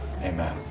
amen